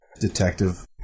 detective